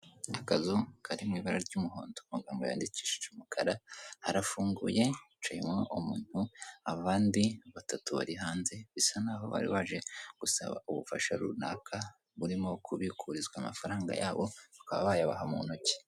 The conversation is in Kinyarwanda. Akazu kari mu ibara ry'umuhondo amagambo yandikishije umukara, harafunguye hicayemo umuntu abandi batatu bari hanze bisa naho bari baje gusaba ubufasha runaka, burimo kubikurikizwa amafaranga yabo bakaba bayabaha mu ntoki.